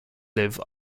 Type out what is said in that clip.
libh